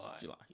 July